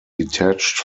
detached